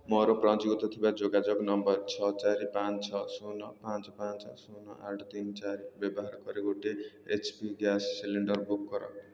ମୋର ପଞ୍ଜୀକୃତ ଥିବା ଯୋଗାଯୋଗ ନମ୍ବର ଛଅ ଚାରି ପାଞ୍ଚ ଛଅ ଶୂନ ପାଞ୍ଚ ପାଞ୍ଚ ଶୂନ ଆଠ ତିନି ଚାରି ବ୍ୟବାହାର କରି ଗୋଟିଏ HP gas cylinder book କର